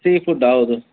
sea food ಹೌದು